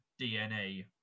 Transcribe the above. DNA